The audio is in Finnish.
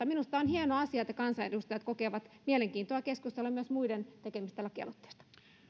minusta on hieno asia että kansanedustajat kokevat mielenkiintoa keskustella myös muiden tekemistä lakialoitteista